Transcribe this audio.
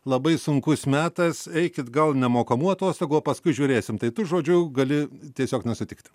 labai sunkus metas eikit gal nemokamų atostogų o paskui žiūrėsim tai tu žodžiu gali tiesiog nesutikti